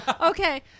Okay